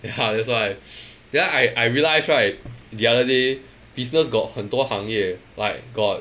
ya that's why then I I realise right the other day business got 很多行业 like got